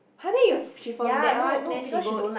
!huh! then you she from that one then she vote